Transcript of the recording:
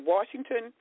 Washington